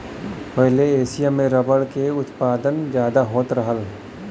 पहिले एसिया में रबर क उत्पादन जादा होत रहल